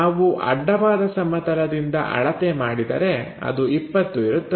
ನಾವು ಅಡ್ಡವಾದ ಸಮತಲದಿಂದ ಅಳತೆ ಮಾಡಿದರೆ ಅದು 20 ಇರುತ್ತದೆ